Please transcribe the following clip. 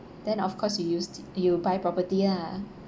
then of course you use to you buy property lah